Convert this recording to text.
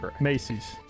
Macy's